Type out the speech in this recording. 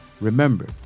Remember